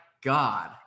God